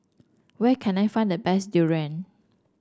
where can I find the best durian